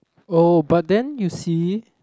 oh but then you see